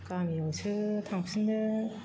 गामियावसो थांफिननो